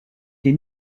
des